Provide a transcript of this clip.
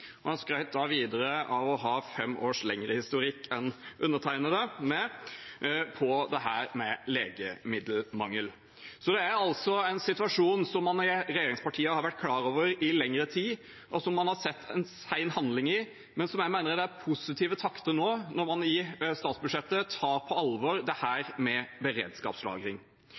og han skrøt videre av å ha fem års lengre historikk enn undertegnede – meg – på dette med legemiddelmangel. Det er altså en situasjon som man i regjeringspartiene har vært klar over i lengre tid, og der det har vært sen handling, men jeg mener det er positive takter nå når man i statsbudsjettet tar på alvor dette med beredskapslagring.